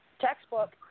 Textbook